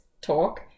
talk